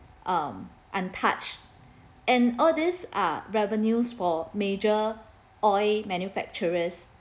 um untouched and all these are revenues for major oil manufacturers